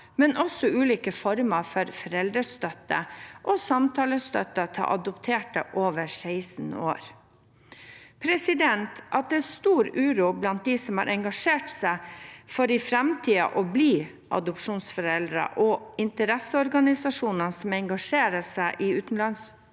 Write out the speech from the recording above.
men også ulike former for foreldrestøtte og samtalestøtte til adopterte over 16 år. At det er stor uro blant de som har engasjert seg for i framtiden å bli adopsjonsforeldre og interesseorganisasjoner som engasjerer seg i utenlandsadopsjoner,